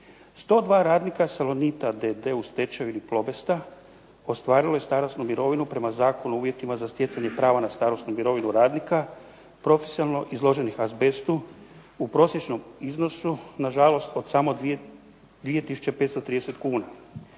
102 radnika "Salonita d.d." u stečevini ostvarilo je starosnu mirovinu prema Zakonu o uvjetima za stjecanje prava na starosnu mirovinu radnika profesionalno izloženih azbestu u prosječnom iznosu, nažalost, od samo 2 tisuće